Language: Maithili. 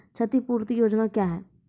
क्षतिपूरती योजना क्या हैं?